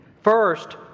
First